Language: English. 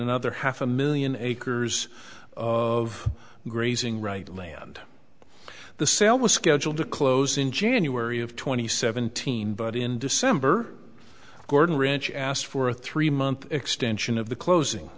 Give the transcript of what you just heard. another half a million acres of grazing right land the sale was scheduled to close in january of two thousand and seventeen but in december gordon ranch asked for a three month extension of the closing